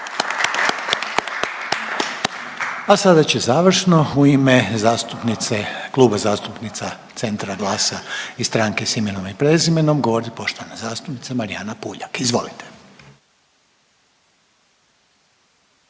A sada će završno u ime zastupnice, Kluba zastupnica Centra, GLAS-a i Stranke s imenom i prezimenom govorit poštovana zastupnica Marijana Puljak, izvolite.